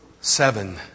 seven